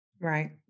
Right